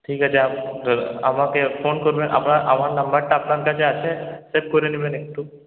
ঠিক আছে আমাকে ফোন করবেন আপনার আমার নাম্বারটা আপনার কাছে আছে সেভ করে নেবেন একটু